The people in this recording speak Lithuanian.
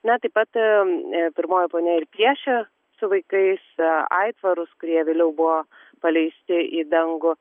na taip pirmoji ponia ir piešė su vaikais aitvarus kurie vėliau buvo paleisti į dangų